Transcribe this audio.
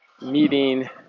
meeting